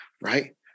right